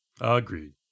Agreed